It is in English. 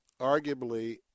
arguably